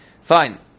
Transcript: Fine